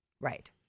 Right